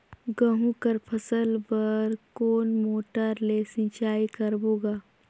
गहूं कर फसल बर कोन मोटर ले सिंचाई करबो गा?